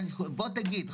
תגיד,